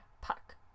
puck